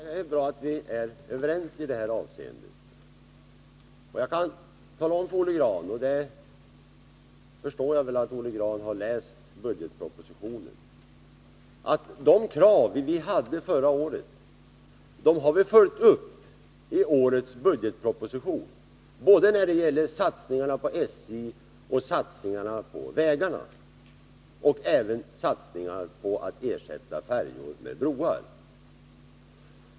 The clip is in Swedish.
Fru talman! Det är bra att Olle Grahn och jag är överens i detta hänseende. Jag förstår att Olle Grahn har läst budgetpropositionen. Då har han sett att de krav vi framförde förra året har vi följt upp i årets budgetproposition, både när det gäller satsningarna på SJ och satsningarna på vägarna, liksom även satsningarna på att ersätta färjor med broar.